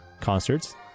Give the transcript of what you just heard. concerts